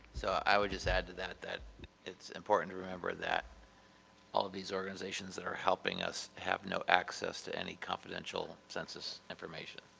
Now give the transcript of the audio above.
so i would just add to that that it's important to remember that all these organizations that are helping us have no access to any confidential census information.